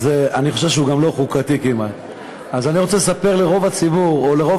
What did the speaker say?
אז אני חושב שהוא גם לא חוקתי כמעט.